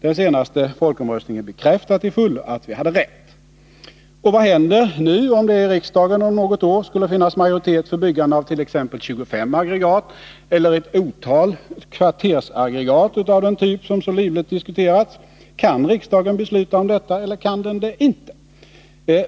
Den senaste folkomröstningen bekräftade till fullo att vi hade rätt. Och vad händer nu om det i riksdagen om något år skulle finnas majoritet för byggandet av 25 aggregat eller ett otal kvartersaggregat av den 45 typ som så livligt diskuterats? Kan riksdagen besluta om detta eller kan den det inte?